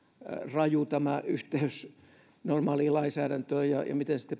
raju tämä yhteys normaaliin lainsäädäntöön siinä miten